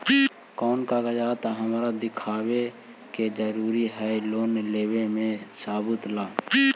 कौन कागज हमरा दिखावे के जरूरी हई लोन लेवे में सबूत ला?